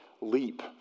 leap